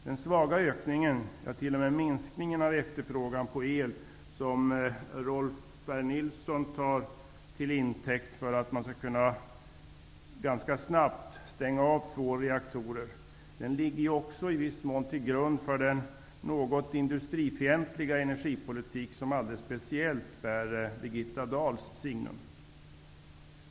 Den svaga ökningen, ja, t.o.m. Nilson tar till intäkt för att man ganska snabbt skall kunna stänga av två reaktorer, ligger i viss mån till grund för den industrifientliga energipolitik som alldeles speciellt bär Birgitta Dahls signum.